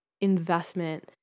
investment